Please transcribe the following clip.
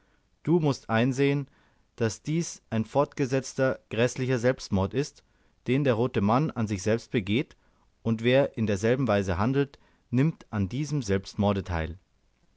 du mußt einsehen daß dies ein fortgesetzter gräßlicher selbstmord ist den der rote mann an sich selbst begeht und wer in derselben weise handelt nimmt an diesem selbstmorde teil